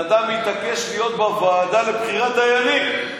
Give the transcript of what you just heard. ועוד הבן אדם מתעקש להיות בוועדה לבחירת דיינים.